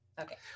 Okay